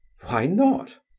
why not?